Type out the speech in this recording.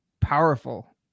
powerful